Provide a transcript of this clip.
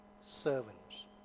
servants